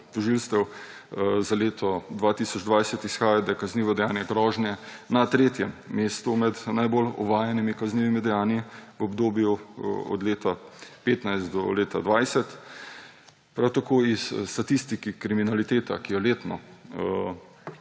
tožilstev za leto 2020 izhaja, da je kaznivo dejanje grožnje na tretjem mestu med najbolj ovajanimi kaznivimi dejanji v obdobju od leta 2015 do leta 2020. Prav tako iz statistike kriminalitete, ki jo letno